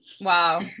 Wow